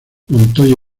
montoya